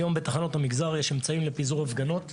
היום בתחנות המגזר יש אמצעים לפיזור הפגנות,